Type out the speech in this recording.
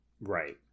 Right